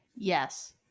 yes